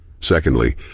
Secondly